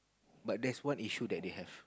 but there's one issue that they have